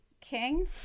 king